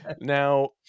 Now